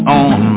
on